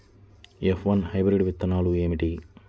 F one hybrid విత్తనాలు ఏమిటి?